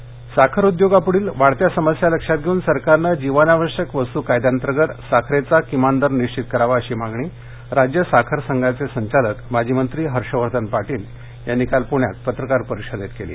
हर्षवर्धन पाटील साखर उद्योगापुढील वाढत्या समस्या लक्षात घेऊन सरकारनं जीवनावश्यक वस्तू कायद्याअंतर्गत साखरेचा किमान दर निश्चित करावा अशी मागणी राज्य साखर संघाचे संचालक माजी मंत्री हर्षवर्धन पाटील यांनी काल प्ण्यात पत्रकार परिषदेत केली